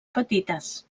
petites